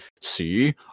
see